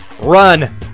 Run